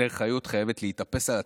אסתר חיות חייבת להתאפס על עצמה,